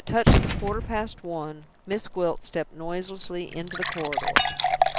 as it touched the quarter-past one, miss gwilt stepped noiselessly into the corridor.